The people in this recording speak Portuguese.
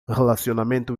relacionamento